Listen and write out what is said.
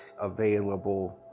available